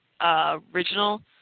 original